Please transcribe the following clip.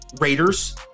Raiders